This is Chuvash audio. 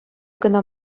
кӑна